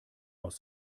aus